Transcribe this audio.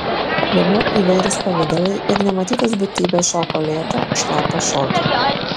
jame įvairūs pavidalai ir nematytos būtybės šoko lėtą šlapią šokį